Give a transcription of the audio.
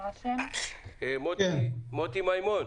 מוטי מימון.